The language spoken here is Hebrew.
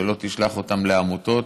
שלא תשלח אותם לעמותות,